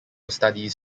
studies